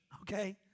okay